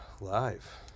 live